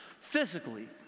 physically